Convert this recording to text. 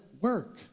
work